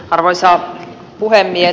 arvoisa puhemies